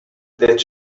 that